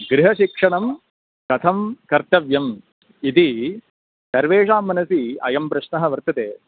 गृहशिक्षणं कथं कर्तव्यम् इति सर्वेषां मनसि अयं प्रश्नः वर्तते